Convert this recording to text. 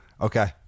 Okay